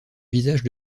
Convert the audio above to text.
visage